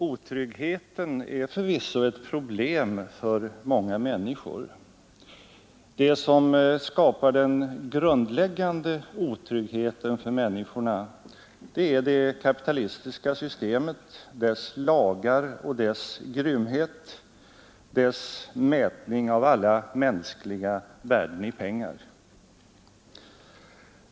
Otryggheten är förvisso ett problem för många människor. Det som skapar den grundläggande otryggheten för människorna är det kapitalistiska systemet, dess lagar och dess grymhet, dess mätning av alla mänskliga värden i pengar.